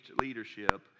leadership